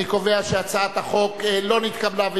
אני קובע שהצעת החוק לא נתקבלה,